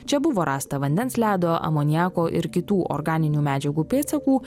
čia buvo rasta vandens ledo amoniako ir kitų organinių medžiagų pėdsakų